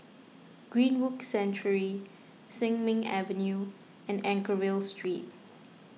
Greenwood Sanctuary Sin Ming Avenue and Anchorvale Street